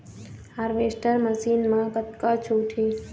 Harvester machine मा कतका छूट हे?